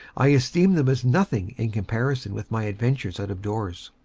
i esteem them as nothing in comparison with my adventures out of doors.